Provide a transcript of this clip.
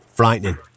Frightening